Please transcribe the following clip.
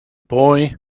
boy